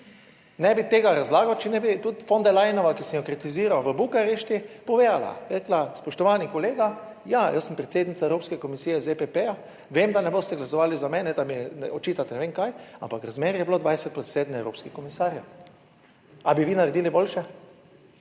Ne bi tega razlagal, če ne bi tudi von der Leyenova, ki sem ga kritiziral v Bukarešti, povedala, rekla, spoštovani kolega, ja, jaz sem predsednica Evropske komisije z EPP, vem, da ne boste glasovali za mene, da mi očitate ne vem kaj, ampak razmerje je bilo 20 plus 7 evropskih komisarjev. Ali bi vi naredili boljše?